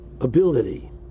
ability